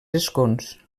escons